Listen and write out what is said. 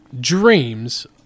dreams